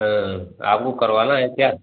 हाँ आपको करवाना है क्या